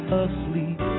asleep